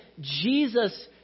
Jesus